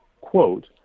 quote